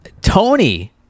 Tony